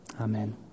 Amen